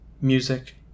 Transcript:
music